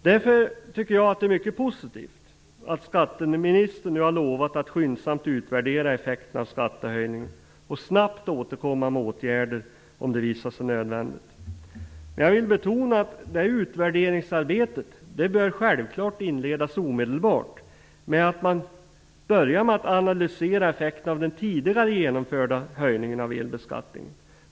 Därför tycker jag att det är mycket positivt att skatteministern nu har lovat att skyndsamt utvärdera effekterna av skattehöjningen och snabbt återkomma med åtgärder om det visar sig nödvändigt. Men jag vill betona att det utvärderingsarbetet självklart bör inledas omedelbart med att man analyserar effekterna av den tidigare genomförda höjningen av elbeskattningen.